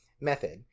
method